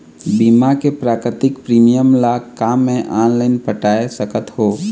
बीमा के मासिक प्रीमियम ला का मैं ऑनलाइन पटाए सकत हो?